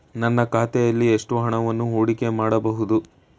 ನನ್ನ ಖಾತೆಯಲ್ಲಿ ಎಷ್ಟು ಹಣವನ್ನು ಹೂಡಿಕೆ ಮಾಡಬಹುದು?